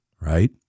right